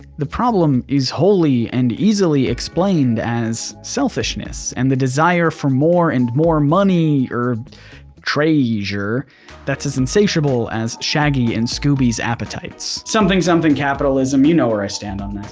the problem is wholly and easily explained as selfishness and the desire for more and more money or treasure that's as insatiable as shaggy and scooby's appetites. something-something capitalism, you know where i stand on